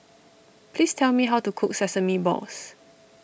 please tell me how to cook Sesame Balls